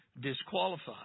disqualified